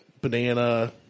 banana